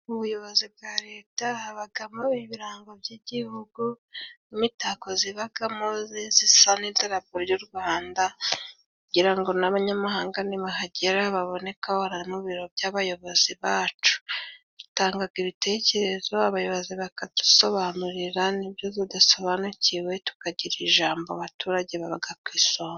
Mu buyobozi bwa leta habagamo ibirango by'Igihugu n'imitako zibagamo zisa n'idarapo ry'u Rwanda. Kugira ngo n'abanyamahanga nibahagera babone ko aho bari ibiro by'abayobozi bacu. Dutangaga ibitekerezo abayobozi bakadusobanurira n'ibyo tudasobanukiwe tukagira ijambo abaturage babaga ku isonga.